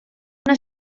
una